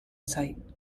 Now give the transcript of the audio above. sight